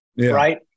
right